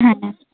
হ্যাঁ হ্যাঁ